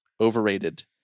Overrated